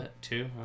two